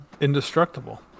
indestructible